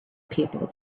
people